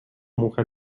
muchę